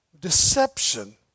deception